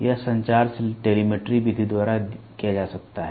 यह संचार टेलीमेट्री विधि द्वारा किया जा सकता है